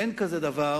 אין כזה דבר